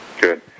Good